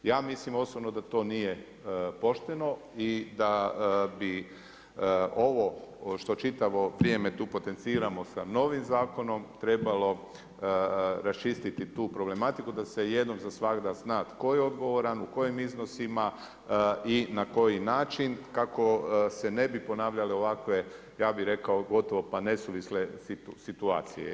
Ja mislim osobno da to nije pošteno i da bi ovo što čitavo vrijeme tu potenciramo sa novim zakonom trebalo raščistiti tu problematiku da se jednom za svagda zna tko je odgovoran, u kojim iznosima i na koji način kako se ne bi ponavljale ovakve, ja bih rekao gotovo pa nesuvisle situacije.